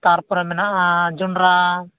ᱛᱟᱨᱯᱚᱨᱮ ᱢᱮᱱᱟᱜᱼᱟ ᱡᱚᱱᱰᱨᱟ